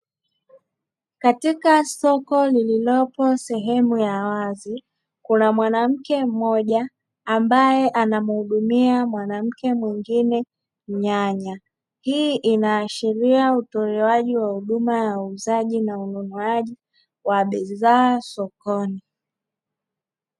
Katika soko lililopo sehemu ya wazi, kuna mwanamke mmoja ambaye anamhudumia mwanamke mwingine nyanya. Hii inaashiria utolewaji wa huduma ya uuzaji na ununuaji wa bidhaa sokoni.